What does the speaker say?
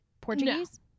Portuguese